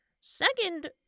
Second